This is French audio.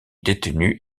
détenu